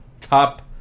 top